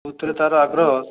ଯେଉଁଥିରେ ତା'ର ଆଗ୍ରହ